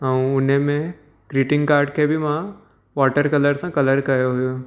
ऐं उन्हीअ में ग्रीटिंग कार्ड खे बि मां वाटर कलर सां मां कलर कयो हुयो